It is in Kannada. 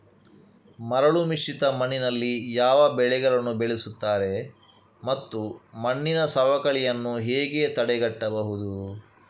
ಮರಳುಮಿಶ್ರಿತ ಮಣ್ಣಿನಲ್ಲಿ ಯಾವ ಬೆಳೆಗಳನ್ನು ಬೆಳೆಯುತ್ತಾರೆ ಮತ್ತು ಮಣ್ಣಿನ ಸವಕಳಿಯನ್ನು ಹೇಗೆ ತಡೆಗಟ್ಟಬಹುದು?